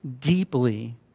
deeply